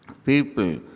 People